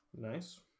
Nice